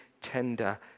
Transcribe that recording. tender